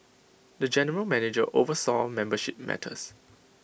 the general manager oversaw membership matters